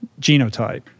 genotype